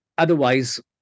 Otherwise